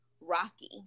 rocky